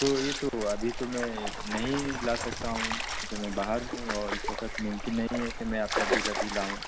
تو یہ تو ہوا ابھی تو میں نہیں لا سکتا ہوں کیونکہ میں باہر ہوں اور اس وقت ممکن نہیں ہے کہ میں آپ کا بل ابھی لاؤں